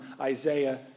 Isaiah